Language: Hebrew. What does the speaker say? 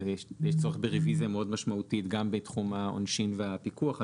יש צורך ברוויזיה מאוד משמעותית גם בתחום העונשין והפיקוח.